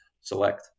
select